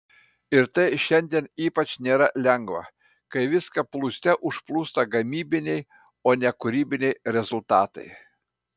ir tai šiandien ypač nėra lengva kai viską plūste užplūsta gamybiniai o ne kūrybiniai rezultatai